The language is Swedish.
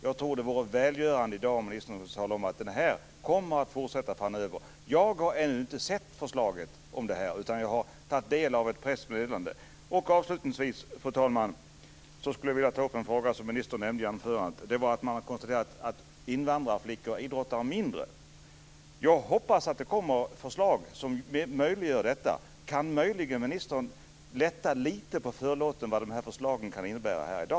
Jag tror att det vore välgörande om ministern i dag talade om att det här kommer att fortsätta framöver. Jag har ännu inte sett förslaget om det här. Jag har tagit del av ett pressmeddelande. Avslutningsvis, fru talman, skulle jag vilja ta upp en fråga som ministern nämnde i anförandet. Det var att man har konstaterat att invandrarflickor idrottar mindre. Jag hoppas att det kommer förslag som möjliggör en förändring. Kan möjligen ministern här i dag lätta lite på förlåten och säga vad de här förslagen kan innebära?